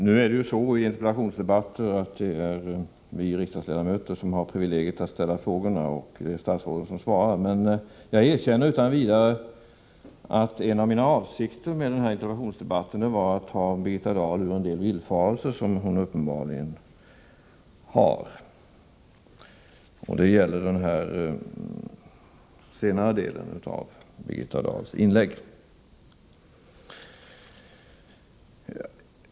Herr talman! I interpellationsdebatter är det vi riksdagsledamöter som har privilegiet att ställa frågorna och statsråden som svarar. Men jag erkänner utan vidare att en av mina avsikter med denna interpellationsdebatt var att ta Birgitta Dahl ur en del villfarelser som hon uppenbarligen har, såsom hon visade i den senare delen av sitt inlägg.